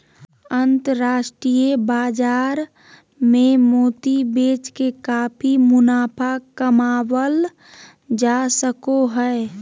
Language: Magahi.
अन्तराष्ट्रिय बाजार मे मोती बेच के काफी मुनाफा कमावल जा सको हय